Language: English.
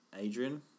Adrian